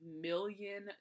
million